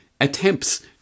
attempts